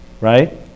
right